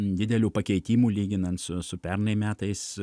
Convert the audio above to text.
didelių pakeitimų lyginant su su pernai metais